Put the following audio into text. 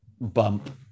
bump